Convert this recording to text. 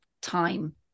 time